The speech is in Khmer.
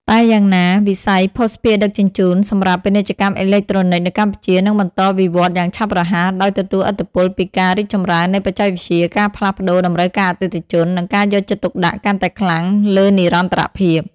តែយ៉ាងណា វិស័យភស្តុភារដឹកជញ្ជូនសម្រាប់ ពាណិជ្ជកម្មអេឡិចត្រូនិក នៅកម្ពុជានឹងបន្តវិវឌ្ឍន៍យ៉ាងឆាប់រហ័ស ដោយទទួលឥទ្ធិពលពីការរីកចម្រើននៃបច្ចេកវិទ្យា ការផ្លាស់ប្តូរតម្រូវការអតិថិជន និងការយកចិត្តទុកដាក់កាន់តែខ្លាំងលើនិរន្តរភាព។